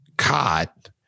caught